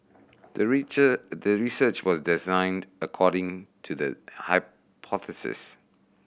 the the research was designed according to the hypothesis